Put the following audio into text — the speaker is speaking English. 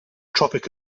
tropic